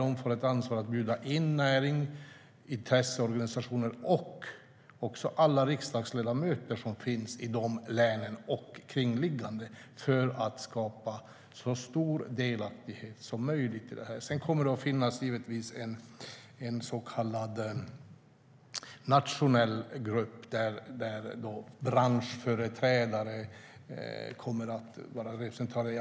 De får ett ansvar att bjuda in såväl näring och intresseorganisationer som alla riksdagsledamöter som finns i dessa och omkringliggande län, för att skapa så stor delaktighet som möjligt i detta. Sedan kommer det naturligtvis att finnas en så kallad nationell grupp, där branschföreträdare och Lantbruksakademin kommer att vara representerade.